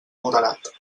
moderat